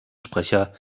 sprecher